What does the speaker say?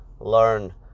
learn